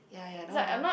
ya ya now I don't